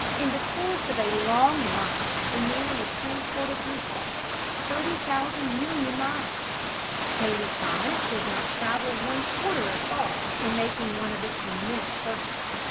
in the course of a long life a man is transported through space thirty thousand million miles halley's comet does not travel one-quarter as far in making one of its immense circuits.